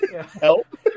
help